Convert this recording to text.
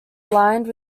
lined